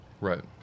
Right